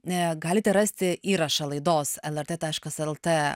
galite rasti įrašą laidos lrt taškas lt